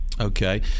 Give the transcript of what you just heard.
Okay